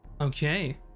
Okay